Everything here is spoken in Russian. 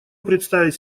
представить